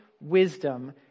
wisdom